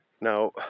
Now